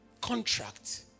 contract